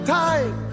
time